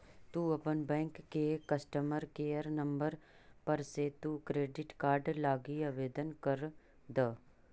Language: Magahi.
तु अपन बैंक के कस्टमर केयर नंबर पर से तु क्रेडिट कार्ड लागी आवेदन कर द